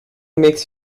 makes